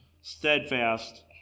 steadfast